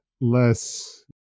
less